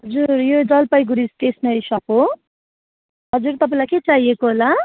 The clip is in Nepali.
हजुर यो जलपाइगुडी स्टेसनरी सप हो हजुर तपाईँलाई के चाहिएको होला